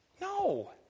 No